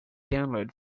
download